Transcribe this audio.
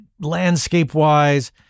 landscape-wise